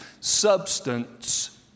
Substance